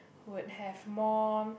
would have more